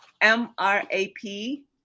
M-R-A-P